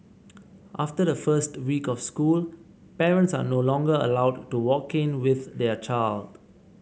after the first week of school parents are no longer allowed to walk in with their child